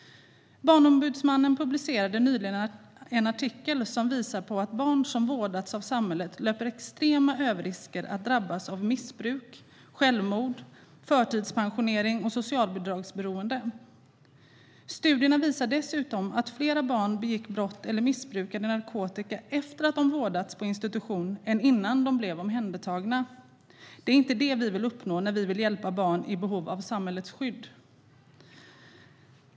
Barnombudsmannen publicerade nyligen en artikel som visar att barn som har vårdats av samhället löper extrema överrisker att drabbas av missbruk, självmord, förtidspensionering och socialbidragsberoende. Studierna visar dessutom att fler barn har begått brott eller missbrukat narkotika efter att de har vårdats på institution än innan de blev omhändertagna. Det är inte vad vi vill uppnå när vi vill hjälpa barn i behov av samhällets skydd.